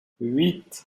huit